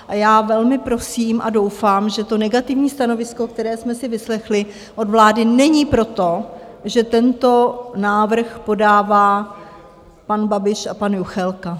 A já velmi prosím a doufám, že negativní stanovisko, které jsme si vyslechli od vlády, není proto, že tento návrh podává pan Babiš a pan Juchelka.